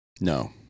No